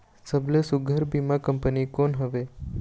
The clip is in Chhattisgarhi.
सबले सुघ्घर बीमा कंपनी कोन हवे?